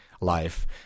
life